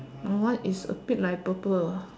my one is a bit like purple